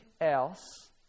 else